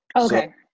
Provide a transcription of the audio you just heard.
Okay